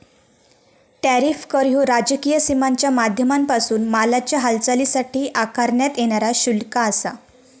tariff कर ह्यो राजकीय सीमांच्या माध्यमांपासून मालाच्या हालचालीसाठी आकारण्यात येणारा शुल्क आसा